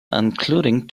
including